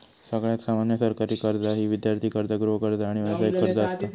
सगळ्यात सामान्य सरकारी कर्जा ही विद्यार्थी कर्ज, गृहकर्ज, आणि व्यावसायिक कर्ज असता